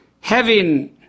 heaven